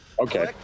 Okay